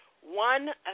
one